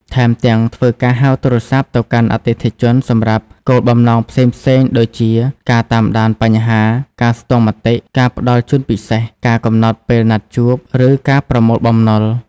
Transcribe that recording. ថែមទាំង ធ្វើការហៅទូរស័ព្ទទៅកាន់អតិថិជនសម្រាប់គោលបំណងផ្សេងៗ ដូចជាការតាមដានបញ្ហា ការស្ទង់មតិ ការផ្ដល់ជូនពិសេស ការកំណត់ពេលណាត់ជួប ឬការប្រមូលបំណុល។